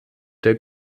der